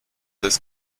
des